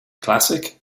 classic